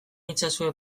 itzazue